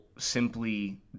simply